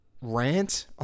rant